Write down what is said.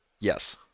yes